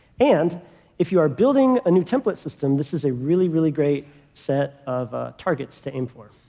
and if you are building a new template system, this is a really, really great set of targets to aim for.